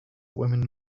women